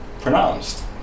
pronounced